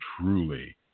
truly